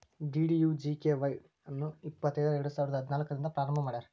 DDUGKY Y ಅನ್ನು ಇಪ್ಪತೈದರ ಎರಡುಸಾವಿರ ಹದಿನಾಲ್ಕು ರಂದ್ ಪ್ರಾರಂಭ ಮಾಡ್ಯಾರ್